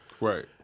right